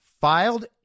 filed